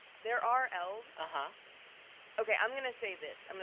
there are elves, ah okay i'm gonna say this, i mean